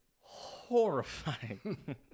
Horrifying